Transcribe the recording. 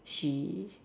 she